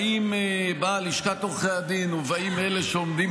באה לשכת עורכי הדין ובאים אלה שעומדים